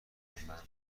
غرغرمیکنم